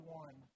one